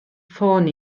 ffôn